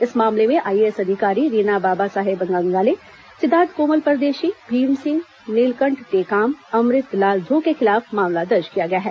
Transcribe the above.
इस मामले में आईएएस अधिकारी रीना बाबा साहेब कंगाले सिद्दार्थ कोमल परदेशी भीमसिंह नीलकंठ टेकाम अमृत लाल ध्रव के खिलाफ मामला दर्ज किया गया है